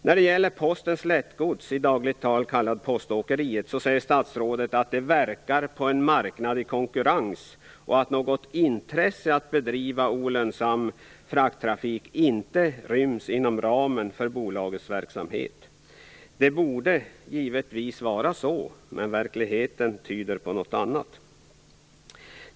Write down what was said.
När det gäller Posten Lättgods - i dagligt tal kallat Poståkeriet - säger statsrådet att det verkar på en marknad i konkurrens och att något intresse att bedriva olönsam frakttrafik inte ryms inom ramen för bolagets verksamhet. Det borde givetvis vara så, men verkligheten visar på något annat.